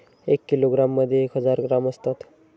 एक किलोग्रॅममध्ये एक हजार ग्रॅम असतात